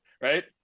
Right